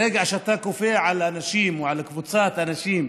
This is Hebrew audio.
ברגע שאתה כופה על אנשים, או על קבוצת אנשים,